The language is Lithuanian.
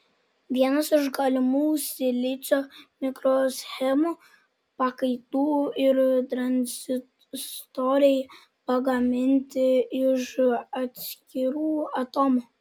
vienas iš galimų silicio mikroschemų pakaitų yra tranzistoriai pagaminti iš atskirų atomų